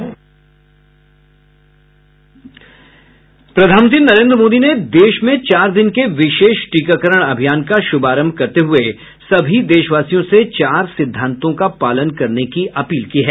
प्रधानमंत्री नरेन्द्र मोदी ने देश में चार दिन के विशेष टीकाकरण अभियान का शुभारंभ करते हुए सभी देशवासियों से चार सिद्धांतों का पालन करने की अपील की है